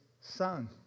son